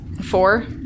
Four